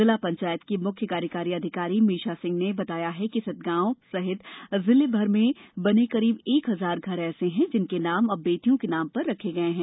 जिला पंचायत की मुख्य कार्यकारी अधिकारी मीशा सिंह ने कहा कि सतगाव गांव सहित जिले भर में बने करीब एक हजार घर ऐसे हैं जिनके नाम अब बेटियों के नाम पर रखे गए हैं